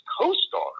co-star